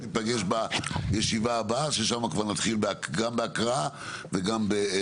ניפגש בישיבה הבאה ששם כבר נתחיל גם בהקראה וגם ניסוח.